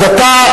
אז אתה,